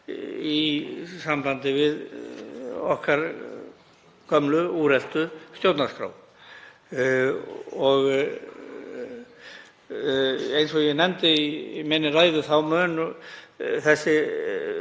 í sambandi við okkar gömlu úreltu stjórnarskrá. Eins og ég nefndi í ræðu minni mun þessi